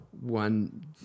one